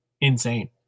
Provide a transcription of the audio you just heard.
insane